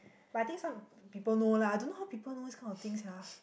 but I think some people know lah I don't know how people know this kind of thing sia